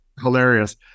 hilarious